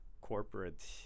corporate